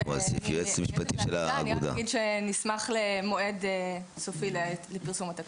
רק אגיד שאני אשמח למועד סופי לפרסום התקנות.